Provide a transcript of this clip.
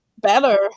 better